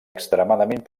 extremadament